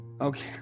Okay